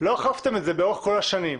לאורך כל השנים,